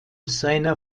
seiner